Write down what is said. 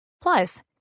Plus